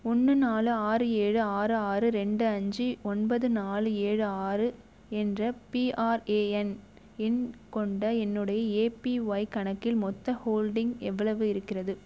ஒன்று நாலு ஆறு ஏழு ஆறு ஆறு ரெண்டு அஞ்சு ஒன்பது நாலு ஏழு ஆறு என்ற பிஆர்ஏஎன் எண் கொண்ட என்னுடைய ஏபிஒய் கணக்கில் மொத்த ஹோல்டிங் எவ்வளவு இருக்கிறது